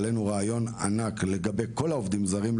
העלנו רעיון ענק לגבי כל העובדים הזרים,